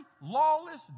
lawless